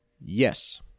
Yes